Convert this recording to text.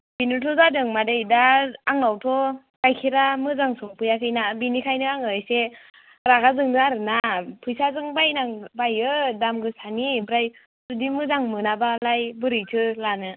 बेनोथ' जादों मादै दा आंनावथ' गाइखेरा मोजां सफैयाखै ना बिनिखायनो आङो एसे रागा जोंदों आरोना फैसाजों बायनांगो बायो दाम गोसानि ओमफ्राय जुदि मोजां मोनाबालाय बोरैथो लानो